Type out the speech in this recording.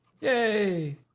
Yay